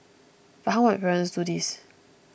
but how might parents do this